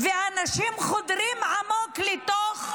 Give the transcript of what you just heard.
ואנשים חודרים עמוק לתוך,